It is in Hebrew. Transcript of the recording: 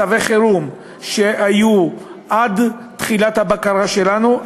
צווי חירום שהיו עד תחילת הבקרה שלנו,